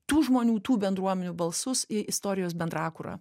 tų žmonių tų bendruomenių balsus į istorijos bendrakurą